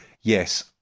yes